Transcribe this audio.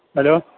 hello